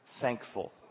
thankful